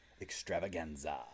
extravaganza